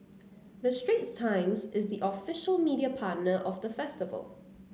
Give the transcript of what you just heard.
the Straits Times is the official media partner of the festival